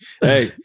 hey